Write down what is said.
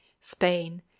Spain